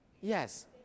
Yes